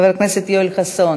חבר הכנסת יואל חסון,